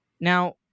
Now